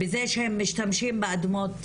בזה שהם משתמשים באדמות,